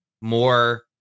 more